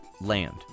land